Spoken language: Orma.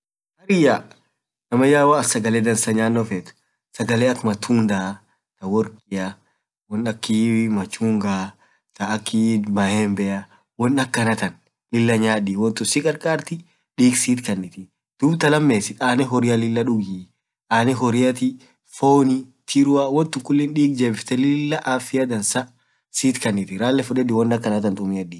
harriyya namayaa hoo attin sagalle dansaa nyano feet, sagalee akk matundaa, workiyya, akki machungaa akki maembea woan akanaa taan lilla nyadii wontuun sikarkartii diig siit kanitii, duub taa lamesiit aneen horria lilaa dugii, annen horiatii, fooni, tirrua lilla afyaa dansaa siit kanitii ralle fudedii woan akkana taan lilla tumiedii.